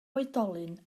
oedolyn